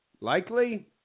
likely